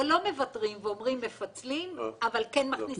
או לא מוותרים ומפצלים אבל כן מכניסים את זה.